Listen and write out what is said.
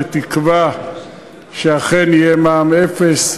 בתקווה שאכן יהיה מע"מ אפס,